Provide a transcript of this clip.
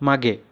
मागे